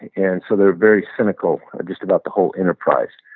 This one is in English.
and so they're very cynical just about the whole enterprise.